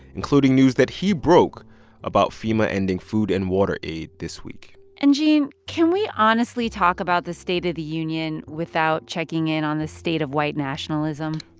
including news that he broke about fema ending food and water aid this week and gene, can we honestly talk about the state of the union without checking in on the state of white nationalism?